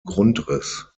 grundriss